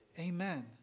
Amen